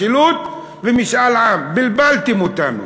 משילות ומשאל עם, בלבלתם אותנו.